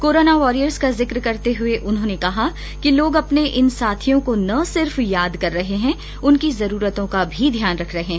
corona warriors का जिक्र करते हुए उन्होंने कहा कि लोग अपने इन साथियों को न सिर्फ याद कर रहे है उनकी जरूरतों का ध्यान रख रहे हैं